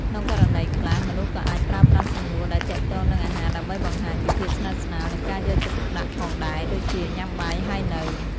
ក្នុងករណីខ្លះ មនុស្សក៏អាចប្រើប្រាស់សំណួរដែលទាក់ទងនឹងអាហារដើម្បីបង្ហាញពីភាពស្និទ្ធស្នាលនិងការយកចិត្តទុកដាក់ផងដែរ ដូចជា “ញ៉ាំបាយហើយនៅ?”។